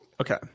okay